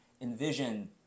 envision